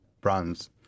brands